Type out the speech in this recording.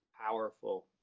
Powerful